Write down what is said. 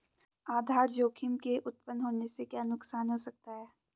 आधार जोखिम के उत्तपन होने से क्या नुकसान हो सकता है?